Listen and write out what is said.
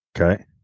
Okay